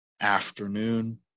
afternoon